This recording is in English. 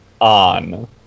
on